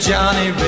Johnny